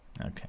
Okay